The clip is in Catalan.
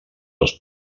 els